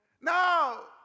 No